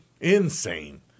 Insane